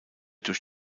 durch